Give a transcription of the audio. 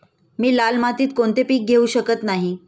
मी लाल मातीत कोणते पीक घेवू शकत नाही?